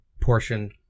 portion